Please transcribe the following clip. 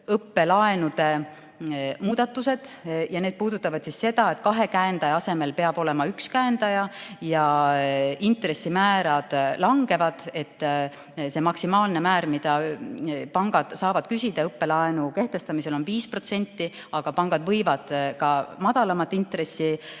õppelaenude muudatused ja need puudutavad seda, et kahe käendaja asemel peab olema üks käendaja ja intressimäärad langevad. Maksimaalne määr, mida pangad saavad küsida õppelaenu kehtestamisel, on 5%, aga pangad võivad ka madalamat intressi